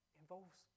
involves